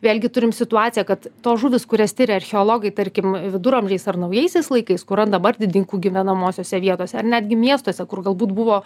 vėlgi turim situaciją kad tos žuvys kurias tiria archeologai tarkim viduramžiais ar naujaisiais laikais kur ran dabar didikų gyvenamosiose vietose ar netgi miestuose kur galbūt buvo